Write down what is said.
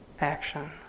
action